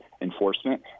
enforcement